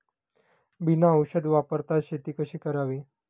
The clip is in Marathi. बिना औषध वापरता शेती कशी करावी?